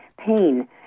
pain